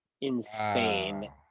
insane